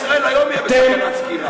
"ישראל היום" בסכנת סגירה.